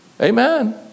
Amen